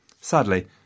Sadly